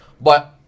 But-